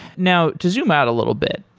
now, to zoom out a little bit,